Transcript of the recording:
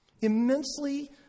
immensely